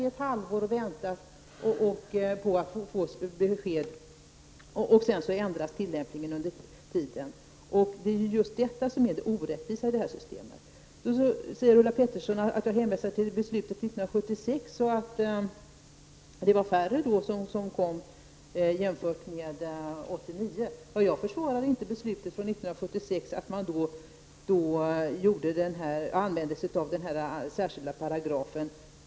Det orättvisa ligger i att tillämpningen ändrades för t.ex. krigsvägrare som kanske hade väntat här ett halvår på att få besked. Ulla Pettersson pekar på att jag hänvisat till beslutet från 1976, men framhåller att det då kom färre flyktingar än 1989. Jag försvarar inte att man i samband med 1976 års beslut stödde sig på den särskilda paragrafen.